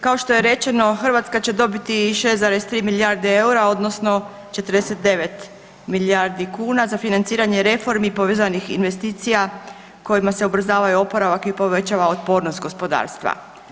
Kao što je rečeno Hrvatska će dobiti 6,3 milijarde eura odnosno 49 milijardi kuna za financiranje reformi povezanih investicija kojima se ubrzava i oporavak i povećava otpornost gospodarstva.